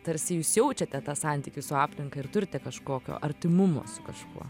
tarsi jūs jaučiate tą santykį su aplinka ir turite kažkokio artimumo su kažkuo